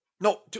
no